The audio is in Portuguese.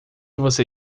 você